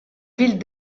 ville